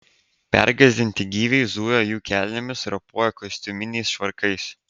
pergąsdinti gyviai zujo jų kelnėmis ropojo kostiuminiais švarkais